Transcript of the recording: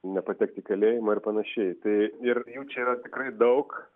nepatekti į kalėjimą ar panašiai tai ir jų čia yra tikrai daug